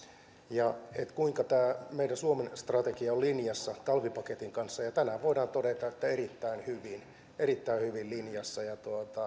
kuinka tämä meidän suomen strategia on linjassa talvipaketin kanssa ja tänään voidaan todeta että erittäin hyvin erittäin hyvin linjassa